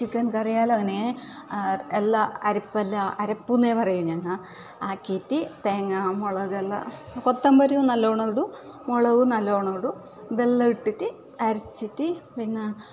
chicken കറിയായാൽ അങ്ങനെ അര അരപ്പെല്ലാം അരപ്പ് തന്നെ പറയും ഞങ്ങൾ ആക്കിയിട്ട് തേങ്ങാ മുളകെല്ലാം കൊത്തമ്പരീ നല്ലോണം ഇടും മുളക് നല്ലോണം ഇടും ഇതെല്ലം ഇട്ടിട്ട് അരച്ചിട്ട് പിന്നെ